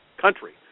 country